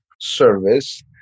service